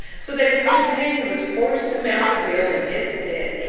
so that his companion was forced to mount the wheel in his stead,